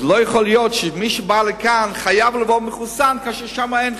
אז לא יכול להיות שמי שבא לכאן חייב לבוא מחוסן כאשר שם אין חיסונים,